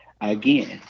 Again